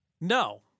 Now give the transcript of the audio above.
No